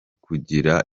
kugira